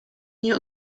nie